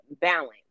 Balance